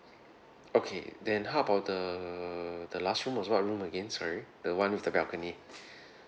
okay then how about the the last room was what room again sorry the one with the balcony